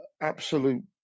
absolute –